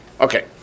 Okay